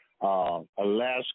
Alaska